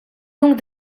donc